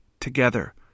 together